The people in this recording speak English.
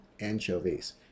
Anchovies